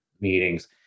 meetings